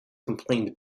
complained